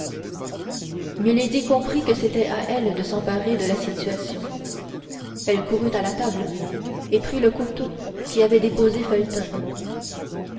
milady comprit que c'était à elle de s'emparer de la situation elle courut à la table et prit le couteau qu'y avait déposé felton